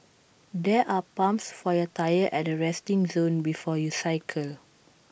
there are pumps for your tyres at the resting zone before you cycle